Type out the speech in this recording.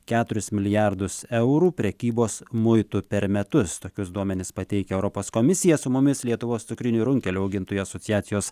keturis milijardus eurų prekybos muitų per metus tokius duomenis pateikia europos komisija su mumis lietuvos cukrinių runkelių augintojų asociacijos